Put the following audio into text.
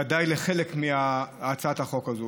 בוודאי לחלק מהצעת החוק הזאת.